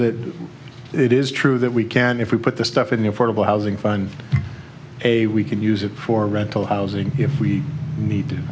that it is true that we can if we put the stuff in the affordable housing find a we can use it for rental housing if we need